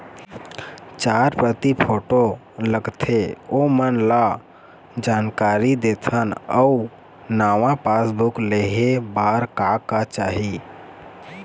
चार प्रति फोटो लगथे ओमन ला जानकारी देथन अऊ नावा पासबुक लेहे बार का का चाही?